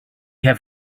have